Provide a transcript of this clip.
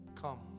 Come